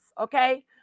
okay